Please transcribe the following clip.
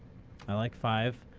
i like five.